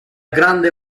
grande